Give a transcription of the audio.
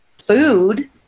food